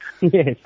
Yes